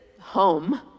home